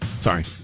Sorry